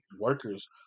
workers